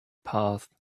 path